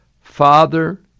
Father